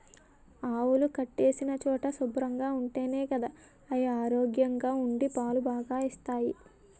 ఆవులు కట్టేసిన చోటు శుభ్రంగా ఉంటేనే గదా అయి ఆరోగ్యంగా ఉండి పాలు బాగా ఇస్తాయి